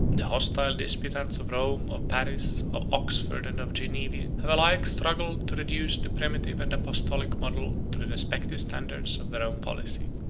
the hostile disputants of rome, of paris, of oxford, and of geneva, have alike struggled to reduce the primitive and apostolic model to the respective standards of their own policy.